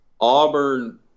Auburn